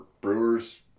brewers